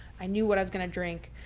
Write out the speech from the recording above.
i knew what i was going to drink,